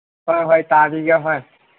ꯍꯣꯏ ꯍꯣꯏ ꯇꯥꯅꯤ